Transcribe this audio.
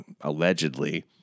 allegedly